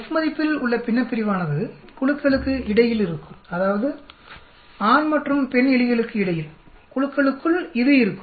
F மதிப்பில் உள்ள பின்னப்பிரிவானது குழுக்களுக்கு இடையில் இருக்கும் அதாவது ஆண் மற்றும் பெண் எலிகளுக்கு இடையில் குழுக்களுக்குள் இது இருக்கும்